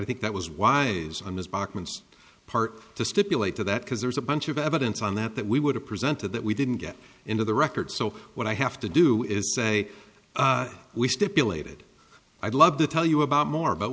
think that was wise on his bachmann's part to stipulate to that because there's a bunch of evidence on that that we would have presented that we didn't get into the record so what i have to do is say we stipulated i'd love to tell you about more but